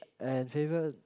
and favorite